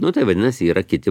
nu tai vadinasi yra kiti